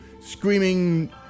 screaming